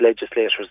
legislators